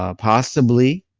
ah possibly,